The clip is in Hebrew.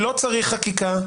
שלא צריך חקיקה,